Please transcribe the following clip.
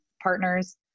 partners